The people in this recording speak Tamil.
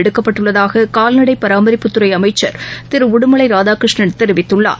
எடுக்கப்பட்டுள்ளதாககால்நடைபராமரிப்புத்துறைஅமைச்சர் திருஉடுமலைராதாகிருஷ்ணன் தெரிவித்துள்ளார்